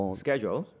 schedule？